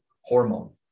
hormone